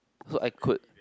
so I could